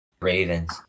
Ravens